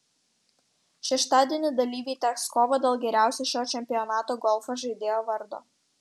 šeštadienį dalyviai tęs kovą dėl geriausio šio čempionato golfo žaidėjo vardo